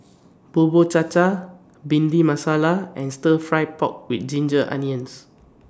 Bubur Cha Cha Bhindi Masala and Stir Fry Pork with Ginger Onions